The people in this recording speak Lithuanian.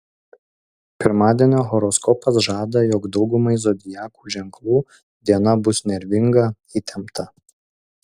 pirmadienio horoskopas žada jog daugumai zodiakų ženklų diena bus nervinga įtempta